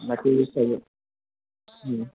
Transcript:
বাকী ছজ